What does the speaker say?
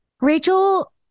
Rachel